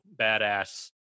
badass